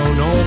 no